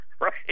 right